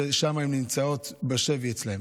ששם הם נמצאים בשבי, אצלם.